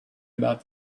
about